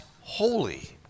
holy